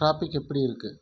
traffic எப்படி இருக்குது